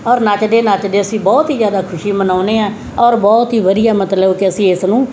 ਔਰ ਨੱਚਦੇ ਨੱਚਦੇ ਅਸੀਂ ਬਹੁਤ ਹੀ ਜਿਆਦਾ ਖੁਸ਼ੀ ਮਨਾਉਂਦੇ ਹਾਂ ਔਰ ਬਹੁਤ ਹੀ ਵਧੀਆ ਮਤਲਬ ਕਿ ਅਸੀਂ ਇਸ ਨੂੰ